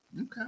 Okay